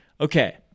okay